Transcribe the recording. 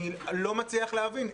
אני לא מצליח להבין.